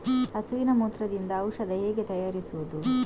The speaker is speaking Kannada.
ಹಸುವಿನ ಮೂತ್ರದಿಂದ ಔಷಧ ಹೇಗೆ ತಯಾರಿಸುವುದು?